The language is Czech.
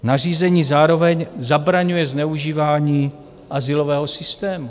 Nařízení zároveň zabraňuje zneužívání azylového systému.